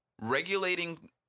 regulating